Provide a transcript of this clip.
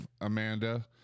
amanda